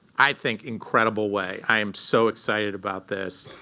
i think, incredible way. i am so excited about this.